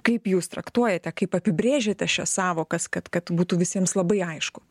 kaip jūs traktuojate kaip apibrėžiate šias sąvokas kad kad būtų visiems labai aišku